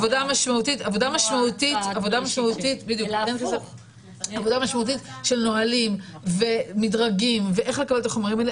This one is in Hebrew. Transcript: עבודה משמעותית של נהלים ומדרגים ואיך לקבל את החומרים האלה,